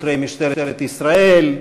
שוטרי משטרת ישראל,